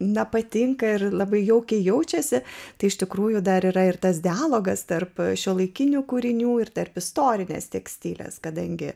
nepatinka ir labai jaukiai jaučiasi tai iš tikrųjų dar yra ir tas dialogas tarp šiuolaikinių kūrinių ir tarp istorinės tekstilės kadangi